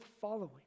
following